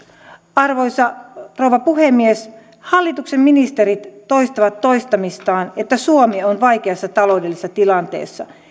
arvoisa rouva puhemies hallituksen ministerit toistavat toistamistaan että suomi on vaikeassa taloudellisessa tilanteessa